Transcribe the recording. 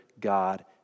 God